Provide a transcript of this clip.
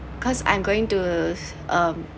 because I'm going to um